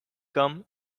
come